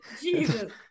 Jesus